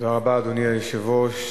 אדוני היושב-ראש,